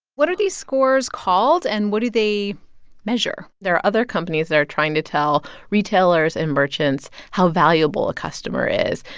what are these scores called, and what do they measure? there are other companies that are trying to tell retailers and merchants how valuable a customer is.